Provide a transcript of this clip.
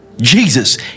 Jesus